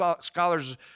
scholars